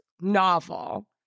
novel